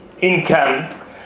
income